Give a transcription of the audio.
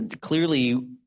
clearly